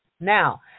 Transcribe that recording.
Now